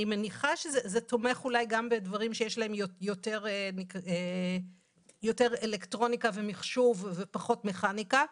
זה תומך אולי גם בדברים שיש להם יותר אלקטרוניקה ומחשוב ופחות מכניקה.